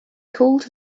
called